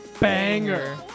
Banger